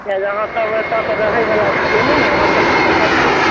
अहाँ सब तऽ ओतऽ कऽ रहए बला छियै ने अहाँ सबके पता होयत